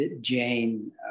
Jane